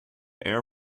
air